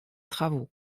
travaux